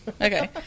okay